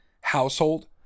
household